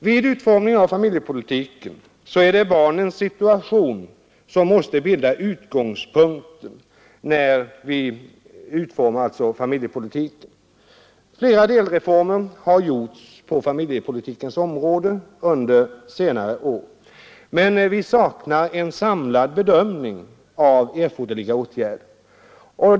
Vid utformningen av familjepolitiken är det barnens situation som måste bilda utgångspunkten. Flera delreformer har genomförts på familjepolitikens område under senare år, men vi saknar en samlad bedömning av erforderliga åtgärder.